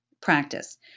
practice